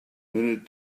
minute